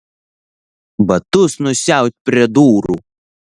batus nusiaut prie durų